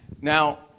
Now